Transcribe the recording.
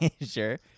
Sure